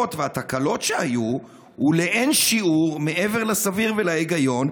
הדליפות והתקלות שהיו הוא לאין שיעור מעבר לסביר ולהיגיון?